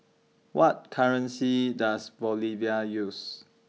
What currency Does Bolivia use